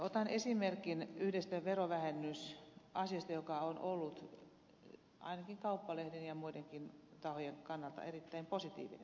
otan esimerkin yhdestä verovähennysasiasta joka on ollut ainakin kauppalehden ja muidenkin tahojen kannalta erittäin positiivinen